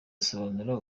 asobanura